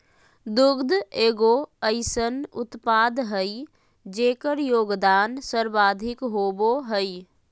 दुग्ध एगो अइसन उत्पाद हइ जेकर योगदान सर्वाधिक होबो हइ